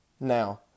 Now